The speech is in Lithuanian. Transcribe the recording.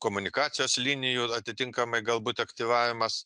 komunikacijos linijų atitinkamai galbūt aktyvavimas